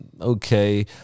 Okay